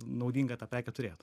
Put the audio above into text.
naudinga tą prekę turėt